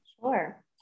Sure